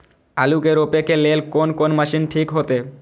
आलू के रोपे के लेल कोन कोन मशीन ठीक होते?